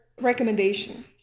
recommendation